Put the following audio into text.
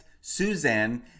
Suzanne